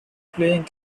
playing